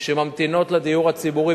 שממתינות לדיור הציבורי,